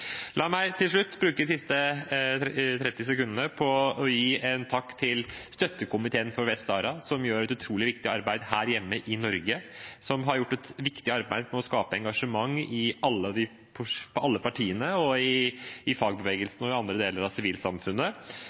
La meg til slutt bruke de siste 30 sekundene på å gi en takk til Støttekomiteen for Vest-Sahara, som gjør et utrolig viktig arbeid her hjemme i Norge, og som har gjort et viktig arbeid med å skape engasjement i alle partiene, i fagbevegelsen og i andre deler av sivilsamfunnet,